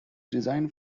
design